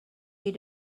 you